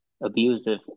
abusive